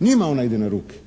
Njima ona ide na ruke.